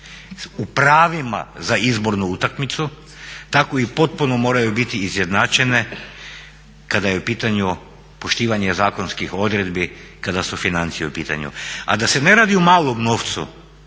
u pravima za izbornu utakmicu tako i potpuno moraju biti izjednačene kada je u pitanju poštivanje zakonskih odredbi kada su financije u pitanju. A da se ne radi o malom novcu